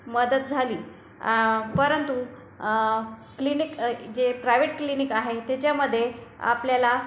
मदत झाली परंतु क्लिनिक अ जे प्रायवेट क्लिनिक आहे त्याच्यामध्ये आपल्याला